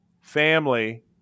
family